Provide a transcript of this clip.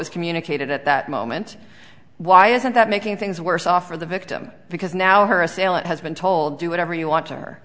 was communicated at that moment why isn't that making things worse off for the victim because now her assailant has been told do whatever you want to her